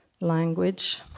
language